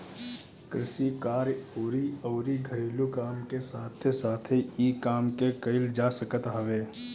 कृषि कार्य अउरी अउरी घरेलू काम के साथे साथे इ काम के कईल जा सकत हवे